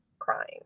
crying